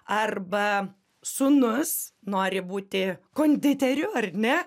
arba sūnus nori būti konditeriu ar ne